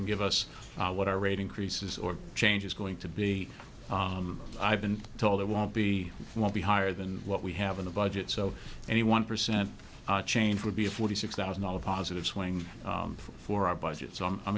can give us what our rate increases or change is going to be i've been told it won't be won't be higher than what we have in the budget so any one percent change would be a forty six thousand dollars positive swing for our budgets on i'm